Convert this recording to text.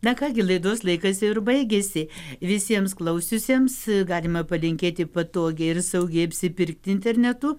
na ką gi laidos laikas jau ir baigėsi visiems klausiusiems galima palinkėti patogiai ir saugiai apsipirkti internetu